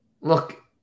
Look